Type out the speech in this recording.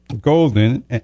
Golden